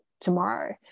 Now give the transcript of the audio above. tomorrow